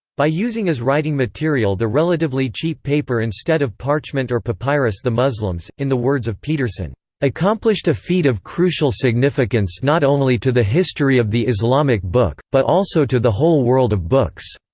by using as writing material the relatively cheap paper instead of parchment or papyrus the muslims, in the words of pedersen accomplished a feat of crucial significance not only to the history of the islamic book, but also to the whole world of books.